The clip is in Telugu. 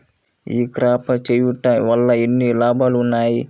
ఈ క్రాప చేయుట వల్ల ఎన్ని లాభాలు ఉన్నాయి?